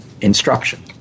instruction